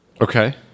Okay